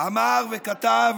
אמר וכתב